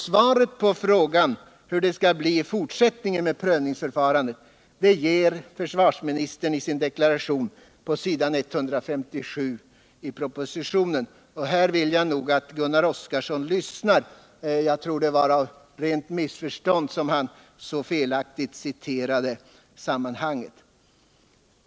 Svaret på frågan hur det skall bli i fortsättningen med prövningsförfarandet ger försvarsministern i sin deklaration på s. 157 i propositionen. Här önskar jag att Gunnar Oskarson lyssnar. Jag tror det var på grund av ett rent missförstånd som han så felaktigt citerade i sammanhanget.